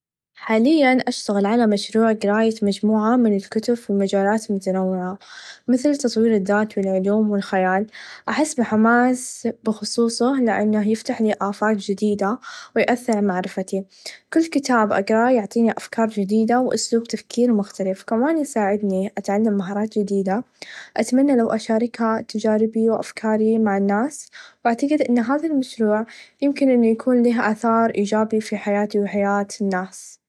حاليا اشتغل على مشروع قرايه مچموعه من الكتب في المچالات المتنوعه مثل تطوير الذات و العلوم و الخيال احس بحماس بخصوصه لإنه يفتحلي آفاق چديده و يأثر على معرفتي كل كتاب أقراه يعطيني افكار چديده و اسلوب تفكير مختلف كمان يساعدني اتعلم مهارات چديده اتمنى لو اشاركها تچاربي و افكاري مع الناس و اعتقد ان هذا المشروع يمكن ان يكون له آثار إيچابي في حياتي و حيات الناس.